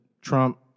Trump